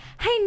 hey